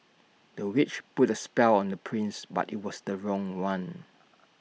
the witch put A spell on the prince but IT was the wrong one